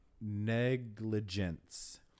negligence